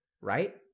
Right